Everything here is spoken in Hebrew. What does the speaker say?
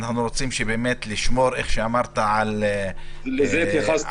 אנחנו רוצים כמו שאמרת -- לזה התייחסתי.